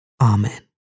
Amen